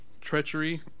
treachery